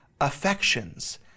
affections